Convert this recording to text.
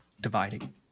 dividing